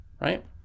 Right